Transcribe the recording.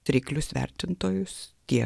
reiklius vertintojus tiek